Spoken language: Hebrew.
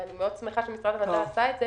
ואני שמחה שהמשרד עשה את זה